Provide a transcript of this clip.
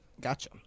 Gotcha